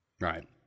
right